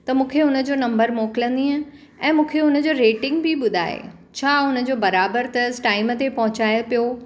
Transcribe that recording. त मूंखे हुन जो नम्बर मोकिलींदीअ ऐं मूंखे हुन जो रेटिंग बि ॿुधाए छा उन जो बराबरि अथसि टाइम ते पहुचाए पियो